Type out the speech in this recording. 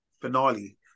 Finale